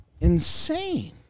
insane